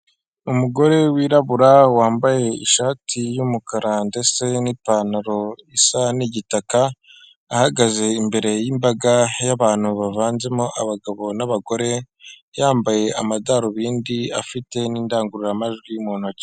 Umugore wirabura wambaye ishati y'umukara ndetse n'ipantaro isa n'igitaka, ahagaze imbere y'imbaga y'abantu bavanzemo abagabo n'abagore, yambaye amadarubindi afite n'indangururamajwi mu ntoki.